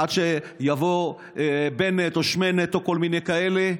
עד שיבוא בנט או שמנט או כל מיני כאלה.